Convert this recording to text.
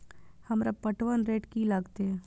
हमरा पटवन रेट की लागते?